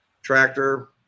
tractor